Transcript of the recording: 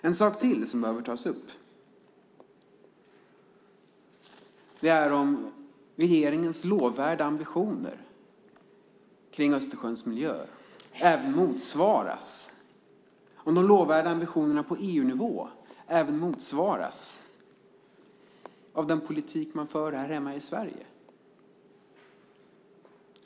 En sak till som behöver tas upp är om regeringens lovvärda ambitioner för Östersjöns miljö och de lovvärda ambitionerna på EU-nivå även motsvaras av den politik som förs här hemma i Sverige.